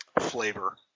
flavor